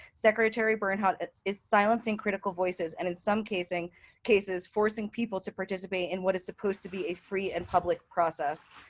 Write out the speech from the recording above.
secretary bernhardt is silencing critical voices, and in some casing cases, forcing people to participate in what is supposed to be a free and public process.